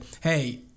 Hey